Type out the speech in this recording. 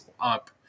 up